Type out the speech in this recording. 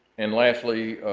and lastly,